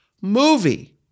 movie